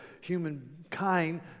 humankind